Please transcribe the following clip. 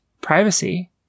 privacy